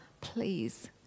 please